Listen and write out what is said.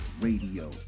Radio